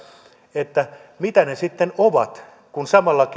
mitä ne sitten ovat kun samalla